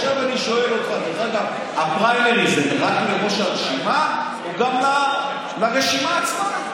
עכשיו אני שואל אותך: הפריימריז הם רק לראש הרשימה או גם לרשימה עצמה?